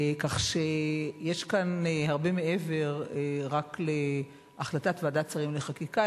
כך שיש כאן הרבה מעבר רק להחלטת ועדת שרים לחקיקה,